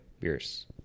beers